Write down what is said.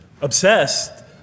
obsessed